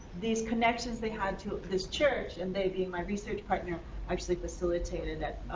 these connections they had to this church and they, being my research partner actually facilitated that.